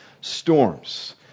Storms